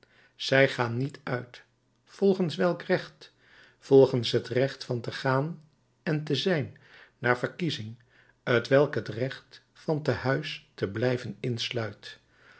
zij gaan niet uit volgens welk recht volgens het recht van te gaan en te zijn naar verkiezing t welk het recht van te huis te blijven insluit